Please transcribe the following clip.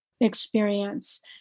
experience